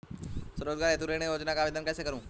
स्वरोजगार हेतु ऋण योजना का आवेदन कैसे करें?